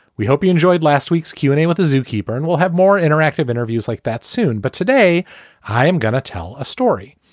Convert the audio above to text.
we hope you enjoyed last week's q and a with the zookeeper and we'll have more interactive interviews like that soon. but today i am going to tell a story.